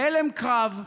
בהלם קרב,